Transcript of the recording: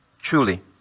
truly